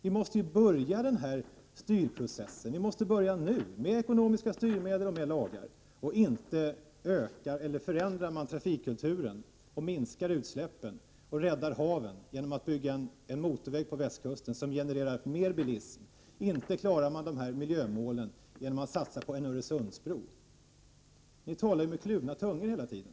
Ni måste börja denna styrprocess nu med ekonomiska styrmedel och med ekonomiska lagar. Inte ökar eller förändrar man trafikkulturen och minskar utsläppen och räddar haven genom att bygga — Prot. 1988/89:55 en motorväg på västkusten som genererar mer bilism. Inte klarar man dessa 26 januari 1989 miljömål genom att satsa på en Öresundsbro. Ni talar hela tiden medkluna. ———— stt tungor. Om skydd för naturen